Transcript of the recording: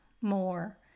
more